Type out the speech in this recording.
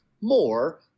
more